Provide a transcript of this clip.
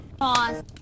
Pause